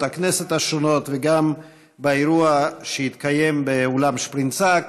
הכנסת וגם באירוע שהתקיים באולם שפרינצק.